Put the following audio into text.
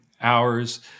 hours